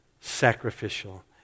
sacrificial